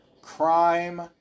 Crime